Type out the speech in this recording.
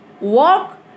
Walk